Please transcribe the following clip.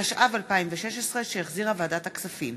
התשע"ו 2016, שהחזירה ועדת הכספים.